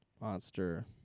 Monster